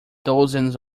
dozens